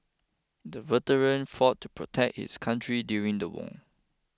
the veteran fought to protect his country during the war